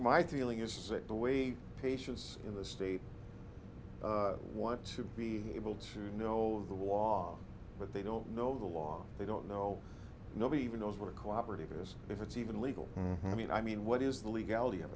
my feeling is the way patients in the state want to be able to know the wall but they don't know the law they don't know nobody even knows what a cooperative is if it's even legal i mean i mean what is the legality of